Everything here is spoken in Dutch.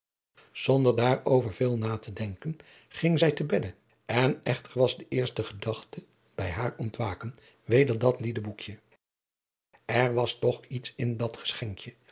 zonder daarover veel na te denken ging zij te bedde en echter was de eerste gedachte bij haar ontwaken weder dat liedeboekje er was toch iets in dat geschenkje